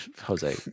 Jose